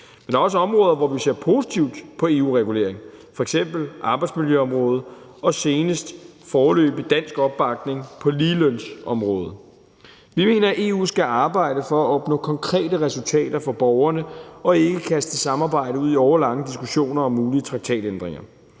Men der er også områder, hvor vi ser positivt på EU-regulering, f.eks. på arbejdsmiljøområdet, og senest er der foreløbig dansk opbakning på ligelønsområdet. Vi mener, at EU skal arbejde for at opnå konkrete resultater for borgerne og ikke kaste samarbejdet ud i årelange diskussioner om mulige traktatændringer.